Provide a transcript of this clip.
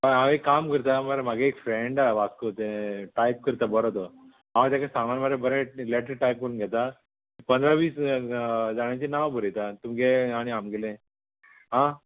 हय हांव एक काम करता मरे म्हागे एक फ्रेंडा वास्को तें टायप करता बरो तो हांव तेका सांगोन मरे बरें लॅटर टायप करून घेता पंदरा वीस जाणांचीं नांवां बरयता तुमगे आणी आमगेलें आं